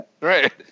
Right